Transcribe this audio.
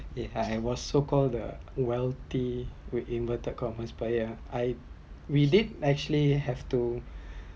eh ha I was so called the wealthy with inverted commas but ya I we did actually have to